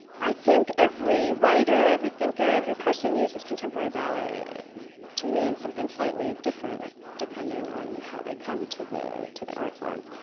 i think every writer, every thinker, every person uses contemporary ballet to mean something slightly different depending on how they come to the to the art form.